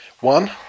One